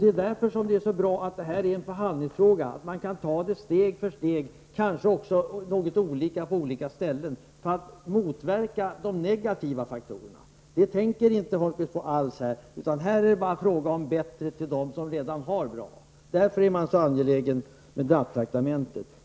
Det är därför som det är så bra att detta är en förhandlingsfråga, att man kan ta det steg för steg, kanske också göra något olika på olika ställen, för att motverka de negativa faktorerna. Det här tänker inte Erik Holmkvist på alls, utan för honom är det bara fråga om att göra det bättre för dem som redan har det bra. Därför är det så angeläget med nattraktamenten.